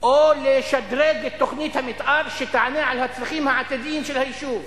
או לשדרג את תוכנית המיתאר כדי שתענה על הצרכים העתידיים של היישוב.